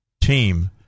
team